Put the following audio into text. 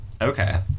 Okay